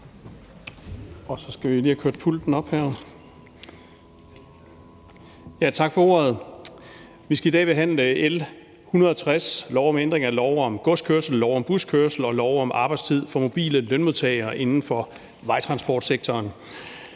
Tak for ordet. Vi skal i dag behandle L 160, forslag til lov om ændring af lov om godskørsel, lov om buskørsel og lov om arbejdstid for mobile lønmodtagere inden for vejtransportsektoren.